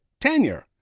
tenure